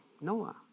Noah